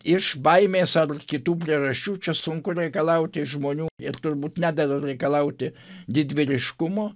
iš baimės ar kitų priežasčių čia sunku reikalauti iš žmonių ir turbūt nedera reikalauti didvyriškumo